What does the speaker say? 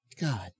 God